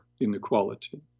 inequality